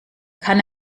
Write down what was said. kann